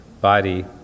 body